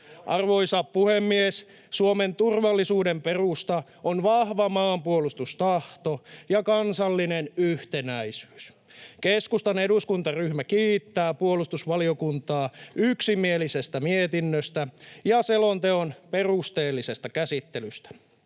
Arvoisa puhemies! Suomen turvallisuuden perusta on vahva maanpuolustustahto ja kansallinen yhtenäisyys. Keskustan eduskuntaryhmä kiittää puolustusvaliokuntaa yksimielisestä mietinnöstä ja selonteon perusteellisesta käsittelystä.